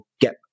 get